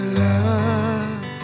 love